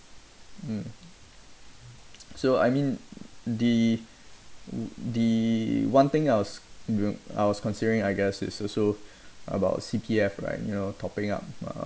mm so I mean the the one thing I was I was considering I guess it's also about C_P_F right you know topping up uh